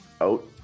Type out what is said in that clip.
out